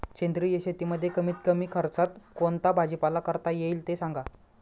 सेंद्रिय शेतीमध्ये कमीत कमी खर्चात कोणता भाजीपाला करता येईल ते सांगा